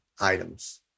items